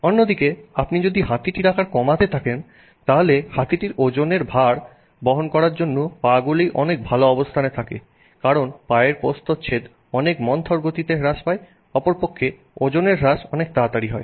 অন্যদিকে আপনি যদি হাতিটির আকার কমাতে থাকেন তাহলে হাতিটির ওজনের ভার বহন করার জন্য পা গুলি অনেক ভালো অবস্থানে থাকে কারণ পায়ের প্রস্থচ্ছেদ অনেক মন্থরগতিতে হ্রাস পায় অপরপক্ষে তার ওজনের হ্রাস অনেক তাড়াতাড়ি হয়